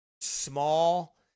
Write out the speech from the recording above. Small